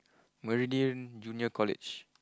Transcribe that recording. Meridian Junior College